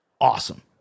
Awesome